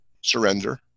surrender